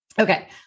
Okay